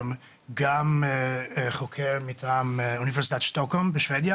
גם חוקר מטעם אוניברסיטת שטוקהולם בשבדיה